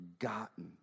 forgotten